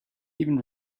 even